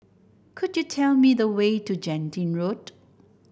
could you tell me the way to Genting Road